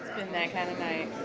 been that kind of night.